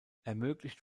ermöglicht